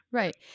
right